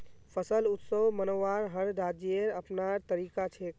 फसल उत्सव मनव्वार हर राज्येर अपनार तरीका छेक